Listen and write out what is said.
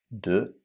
de